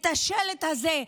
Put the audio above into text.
את השלט הזה?